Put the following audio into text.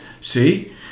See